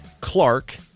Clark